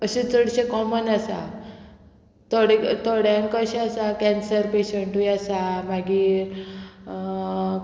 अशे चडशे कॉमन आसा थोडे थोड्यांक कशें आसा कॅन्सर पेशंटूय आसा मागीर